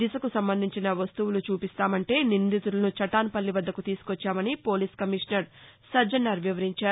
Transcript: దిశకు సంబంధించిన వస్తుపులు చూపిస్తామంటే నిందితులను చటాన్పల్లి వద్దకు తీసుకొచ్చామని పోలీస్ కమిషనర్ సజ్జనార్ వివరించారు